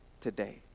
today